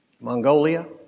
Mongolia